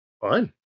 Fine